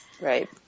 Right